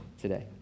today